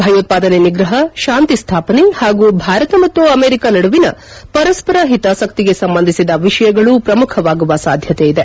ಭಯೋತ್ವಾದನೆ ನಿಗ್ರಹ ಶಾಂತಿ ಸ್ಟಾಪನೆ ಹಾಗೂ ಭಾರತ ಮತ್ತು ಅಮೆರಿಕ ನಡುವಿನ ಪರಸ್ವರ ಹಿತಾಸಕ್ತಿಗೆ ಸಂಬಂಧಿಸಿದ ವಿಷಯಗಳು ಪ್ರಮುಖವಾಗುವ ಸಾಧ್ಯತೆಯಿದೆ